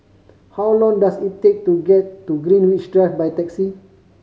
how long does it take to get to Greenwich Drive by taxi